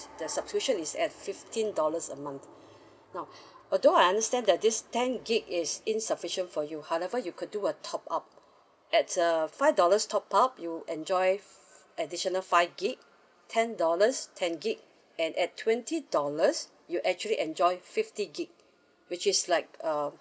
the subscription is at fifteen dollars a month now although I understand that this ten gig is insufficient for you however you could do a top up at err five dollars top up you enjoy additional five gigabytes ten dollars ten gigabytes and at twenty dollars you actually enjoy fifty gigabytes which is like uh